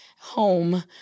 home